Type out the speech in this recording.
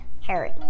Harry